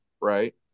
right